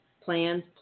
Plans